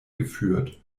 geführt